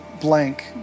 blank